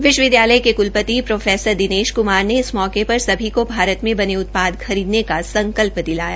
विश्वविद्यालय के क्लपति प्रो दिनेश क्मार ने इस मौके पर सभी को भारत में बने उत्पाद खरीदने का संकल्प दिलाया